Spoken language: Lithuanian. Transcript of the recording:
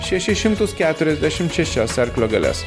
šešis šimtus keturiasdešim šešias arklio galias